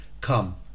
come